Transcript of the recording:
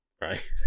right